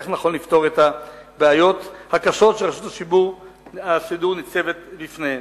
איך נכון לפתור את הבעיות הקשות שרשות השידור ניצבת לפניהן.